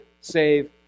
save